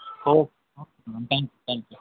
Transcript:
oak okay madam thank you thank you